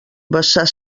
vessar